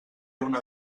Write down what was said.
una